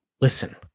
listen